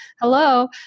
hello